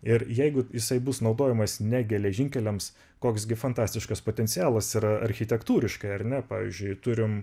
ir jeigu jisai bus naudojamas ne geležinkeliams koks gi fantastiškas potencialas yra architektūriškai ar ne pavyzdžiui turim